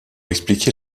expliquer